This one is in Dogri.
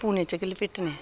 पूने च गै लपेटने